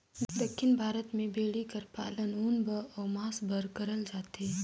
दक्खिन भारत में भेंड़ी कर पालन ऊन बर अउ मांस बर करल जाथे